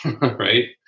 right